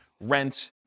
rent